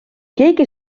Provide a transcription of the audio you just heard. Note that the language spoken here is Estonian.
keegi